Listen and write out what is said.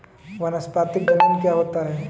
वानस्पतिक जनन क्या होता है?